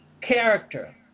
character